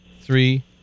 three